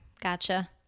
Gotcha